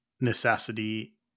necessity